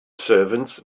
servants